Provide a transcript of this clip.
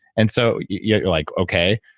and so you're you're like okay,